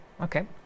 Okay